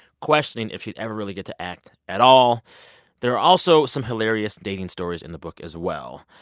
questioning if she'd ever really get to act at all there are also some hilarious dating stories in the book as well.